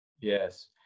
Yes